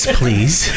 please